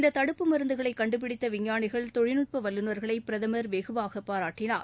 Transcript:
இந்த தடுப்பு மருந்தகளை கண்டுபிடித்த விஞ்ஞாளிகள் தொழில்நட்ப வல்லநர்களை பிரதமர் வெகுவாக பாராட்டினார்